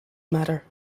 matter